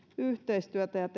yhteistyötä ja